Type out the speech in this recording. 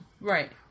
Right